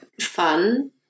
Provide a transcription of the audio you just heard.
fun